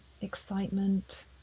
excitement